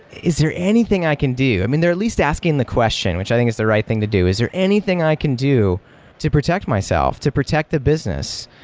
is there anything i can do? i mean, they're at least asking the question, which i think is the right thing to do. is there anything i can do to protect myself? to protect the business?